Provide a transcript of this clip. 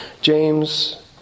James